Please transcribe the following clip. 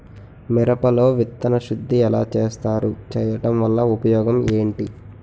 మిరప లో విత్తన శుద్ధి ఎలా చేస్తారు? చేయటం వల్ల ఉపయోగం ఏంటి?